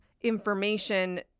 information